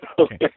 Okay